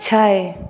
छै